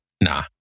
Nah